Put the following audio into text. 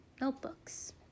notebooks